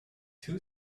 two